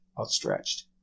outstretched